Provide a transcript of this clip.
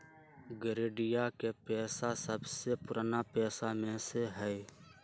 गरेड़िया के पेशा सबसे पुरान पेशा में से हई